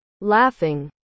Laughing